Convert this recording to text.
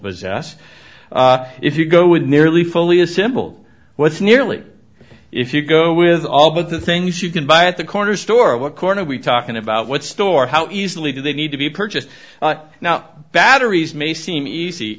possess if you go with nearly fully assembled what's nearly if you go with all the things you can buy at the corner store what corner we talking about what store how easily do they need to be purchased now batteries may seem easy